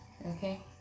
okay